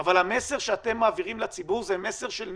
אבל המסר שאתם מעבירים לציבור זה מסר של ניתוק.